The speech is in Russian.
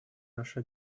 наши